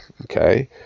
okay